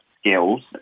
skills